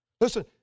Listen